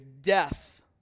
death